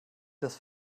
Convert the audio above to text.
das